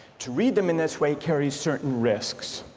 to read them in this way carry certain risks